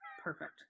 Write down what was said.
perfect